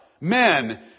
men